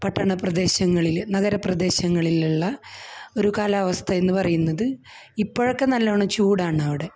പട്ടണപ്രദേശങ്ങളില് നഗരപ്രദേശങ്ങളിലുള്ള ഒരു കാലാവസ്ഥയെന്ന് പറയുന്നത് ഇപ്പോഴൊക്കെ നല്ലവണ്ണം ചൂടാണവിടെ